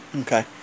Okay